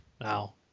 now